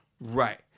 Right